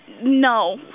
No